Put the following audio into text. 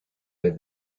away